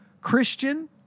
Christian